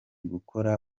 gukora